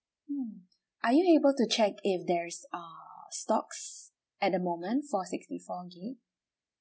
hmm are you able to check if there is err stocks at the moment for sixty four gig